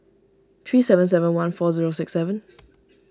three seven seven one four zero six seven